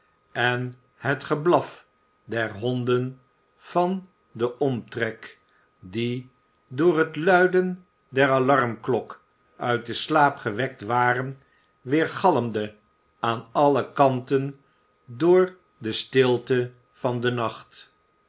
en het geblaf der honden van den omtrek die door het luiden der alarmklok uit den slaap gewekt waren weergalmde aan alle kanten door de stilte van den nacht